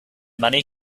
money